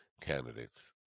candidates